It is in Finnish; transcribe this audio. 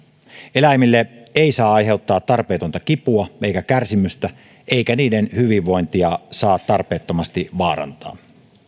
eläimille ei saa aiheuttaa tarpeetonta kipua eikä kärsimystä eikä niiden hyvinvointia saa tarpeettomasti vaarantaa